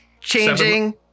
changing